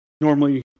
normally